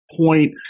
point –